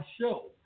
show